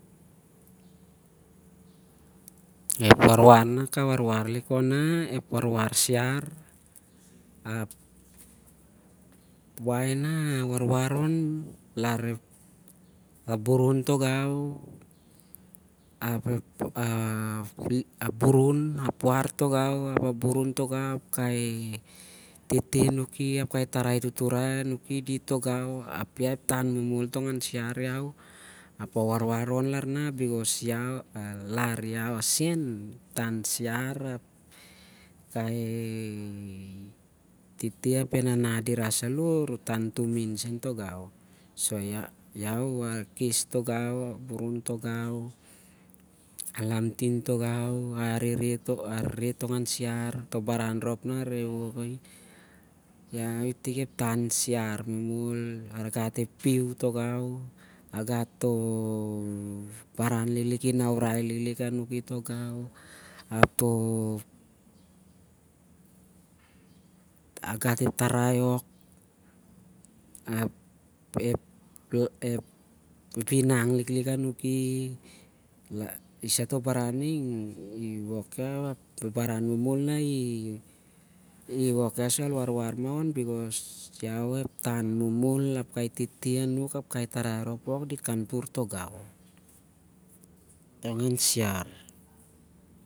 Ep warwar na ka warwar lik on nah, ep warwar siar, ap khon moh nah warwar on, lar abot, burun tongau, a puar tongau. ep tarai momol anuki tongau, ap a warwar on lar iau sen ep tan siar ap e tete ap e nana dira seloh ru tan tumin sen tongau. Sur- iau a khes tongau, a burun tongau, a lamtin tongau, a arehreh tongau toh baran rhop na areh toli lar iau ep tan siarmomol iau. A gat ep piu tongau, a gat toh inaurai liklik anuki tongau, a gat ep tarai ok. toh inang liklik anuki ap ining toh baran ring. i wok iau sur al warwar mah on, lar iau, ep tan momol na ah kaptur tongau an siar.